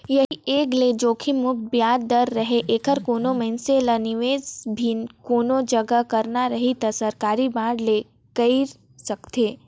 ऐही एंग ले जोखिम मुक्त बियाज दर रहें ऐखर कोनो मइनसे ल निवेस भी कोनो जघा करना रही त सरकारी बांड मे कइर सकथे